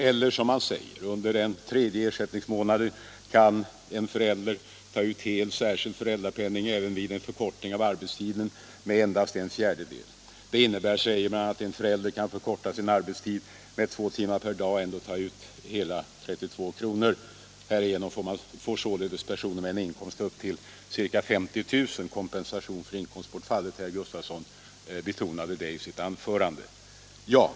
Eller, som man säger: under den tredje ersättningsmånaden kan en förälder ta ut hel särskild föräldrapenning även vid en förkortning av arbetstiden med endast en fjärdedel. Det innebär, säger man, att en förälder kan förkorta sin arbetstid med två timmar per dag och ändå ta ut hela 32 kr. Därigenom får personer med en inkomst på upp till ca 50 000 kompensation för inkomstbortfallet. Herr Gustavsson betonade detta i sitt anförande.